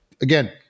Again